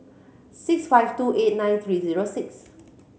six five two eight nine three zero six